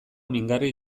mingarri